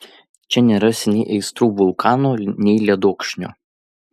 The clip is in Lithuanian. čia nerasi nei aistrų vulkano nei ledokšnio